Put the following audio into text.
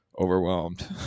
overwhelmed